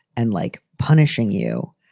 and like, punishing you.